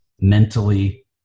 mentally